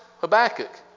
Habakkuk